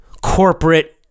corporate